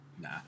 Nah